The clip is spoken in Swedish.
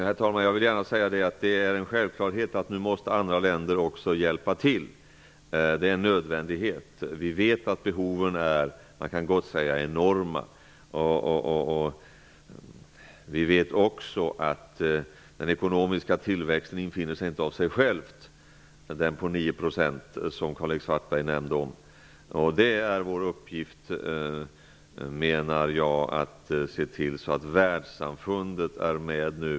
Herr talman! Jag vill gärna säga att det är en självklarhet att andra länder måste hjälpa till. Det är en nödvändighet. Man kan gott säga att behoven är enorma. Vi vet också att den ekonomiska tillväxten -- på 9 % som Karl-Erik Svartberg nämnde -- inte infinner sig av sig själv. Det är vår uppgift att se till att världssamfundet är med nu.